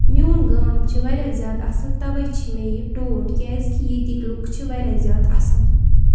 میون گام چھُ واریاہ زیادٕ اَصٕل توے چھ مےٚ یہِ ٹوٹھ کیازِ کہِ ییٚتِکۍ لُکھ چھِ واریاہ زیادٕ اَصٕل